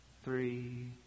three